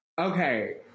Okay